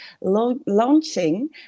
launching